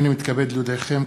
הנני מתכבד להודיעכם,